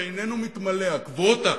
שאיננו מתמלא הקווטה,